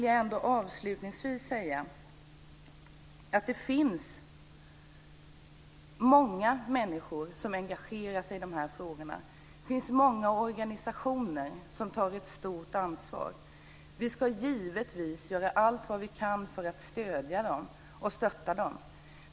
Jag vill avslutningsvis säga att det finns många människor som engagerar sig i dessa frågor. Det finns många organisationer som tar ett stort ansvar. Vi ska givetvis göra allt som vi kan för att stödja och stötta dem.